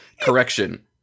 Correction